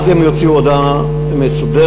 אז הם יוציאו הודעה מסודרת,